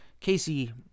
Casey